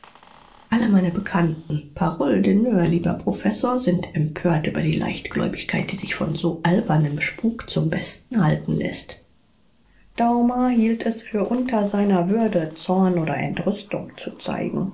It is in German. alle meine bekannten parole d'honneur lieber professor sind empört über die leichtgläubigkeit die sich von so albernem spuk zum besten halten läßt daumer hielt es für unter seiner würde zorn oder entrüstung zu zeigen